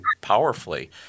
powerfully